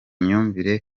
myumvire